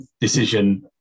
decision